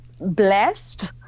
blessed